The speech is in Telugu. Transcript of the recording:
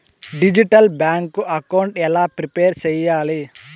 డిజిటల్ బ్యాంకు అకౌంట్ ఎలా ప్రిపేర్ సెయ్యాలి?